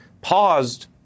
paused